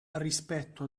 rispetto